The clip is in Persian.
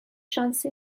شانسی